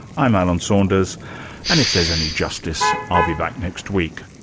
i'm alan saunders and if there's any justice, i'll be back next week